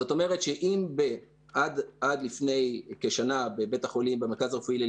זאת אומרת שאם עד לפני כשנה במרכז הרפואי הלל